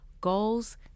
goals